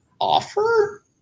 offer